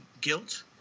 guilt